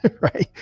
right